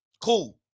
Cool